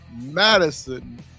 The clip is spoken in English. Madison